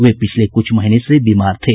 वे पिछले कुछ महीने से बीमार थे